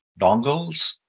dongles